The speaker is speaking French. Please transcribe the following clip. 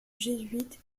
jésuite